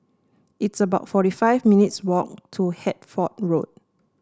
it's about forty five minutes' walk to Hertford Road